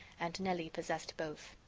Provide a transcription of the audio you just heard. and nelly possessed both.